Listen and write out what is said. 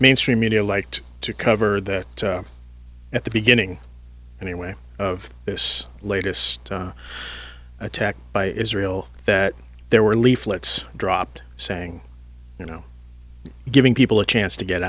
mainstream media liked to cover that at the beginning anyway of this latest attack by israel that there were leaflets dropped saying you know giving people a chance to get